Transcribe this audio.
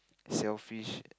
shellfish